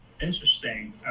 Interesting